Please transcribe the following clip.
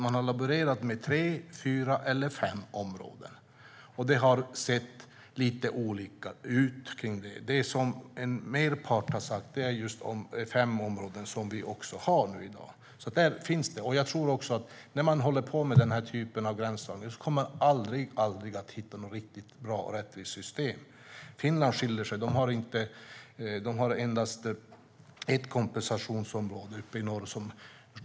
Man har laborerat med tre, fyra eller fem områden, och det har sett lite olika ut. En merpart har talat om fem områden, vilket vi också har i dag. Där finns alltså detta. När man håller på med den här typen av gränsdragning tror jag att man aldrig kommer att hitta något bra och rättvist system. Finland skiljer sig åt; de har endast ett kompensationsområde uppe i norr.